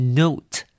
note